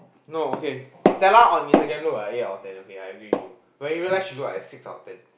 no okay Stella on instagram look like eight out of ten but in real life she look six out of ten